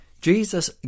Jesus